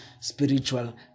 spiritual